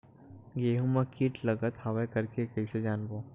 गेहूं म कीट लगत हवय करके कइसे जानबो?